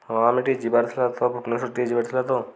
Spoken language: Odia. ହଁ ଆମେ ଟିକେ ଯିବାର ଥିଲା ତ ଭୁବନେଶ୍ୱର ଟିକେ ଯିବାର ଥିଲା ତ